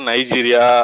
Nigeria